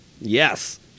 Yes